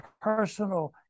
personal